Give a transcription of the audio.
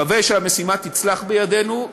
אני מקווה שהמשימה תצלח בידנו.